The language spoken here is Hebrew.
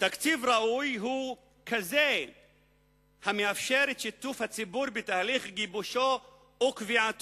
תקציב ראוי הוא זה המאפשר את שיתוף הציבור בתהליך גיבושו וקביעתו,